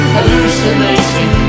Hallucinating